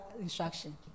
instruction